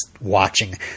watching